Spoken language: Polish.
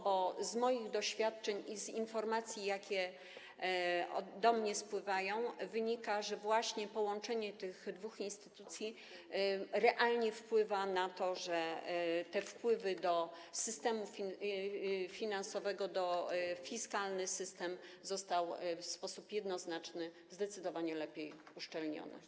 Bo z moich doświadczeń i z informacji, jakie do mnie spływają, wynika, że połączenie tych dwóch instytucji realnie wpływa na to, jeżeli chodzi o wpływy do systemu finansowego, że fiskalny system został w sposób jednoznaczny zdecydowanie lepiej uszczelniony.